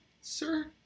sir